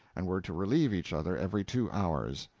and were to relieve each other every two hours.